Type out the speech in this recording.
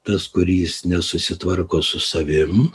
tas kuris nesusitvarko su savim